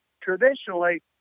Traditionally